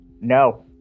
No